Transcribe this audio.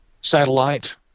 satellite